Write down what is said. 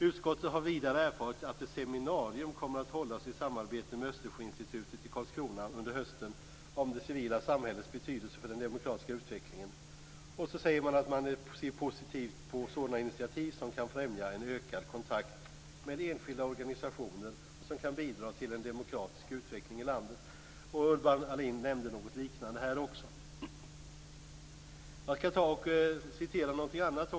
Utskottet har vidare erfarit att ett seminarium kommer att hållas i samarbete med Östersjöinstitutet i Karlskrona under hösten om det civila samhällets betydelse för den demokratiska utvecklingen. Man säger vidare att man ser positivt på sådana initiativ som kan främja en ökad kontakt med enskilda organisationer och som kan bidra till en demokratisk utveckling i landet. Urban Ahlin nämnde här något liknande. Jag skall också referera något annat.